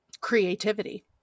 creativity